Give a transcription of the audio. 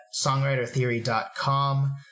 songwritertheory.com